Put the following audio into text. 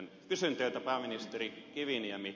kysyn teiltä pääministeri kiviniemi